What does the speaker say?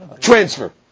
transfer